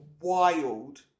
wild